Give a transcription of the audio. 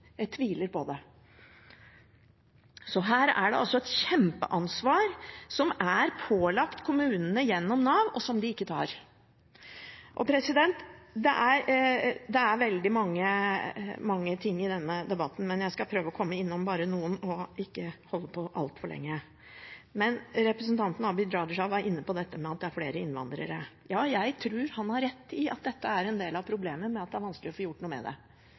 Jeg tviler på det. Så her er det altså pålagt kommunene et kjempeansvar gjennom Nav, som de ikke tar. Det er veldig mange ting å ta tak i i denne debatten. Jeg skal prøve å komme innom noen, og ikke holde på altfor lenge. Representanten Abid Raja var inne på at flere innvandrere kommer dårlig ut. Ja, jeg tror han har rett i at dette er en del av problemet med at det er vanskelig å få gjort noe med det.